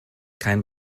kein